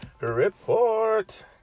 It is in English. Report